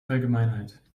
allgemeinheit